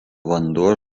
vanduo